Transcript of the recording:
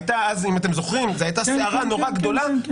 הייתה סערה מאוד גדולה אם אתם זוכרים,